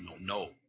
no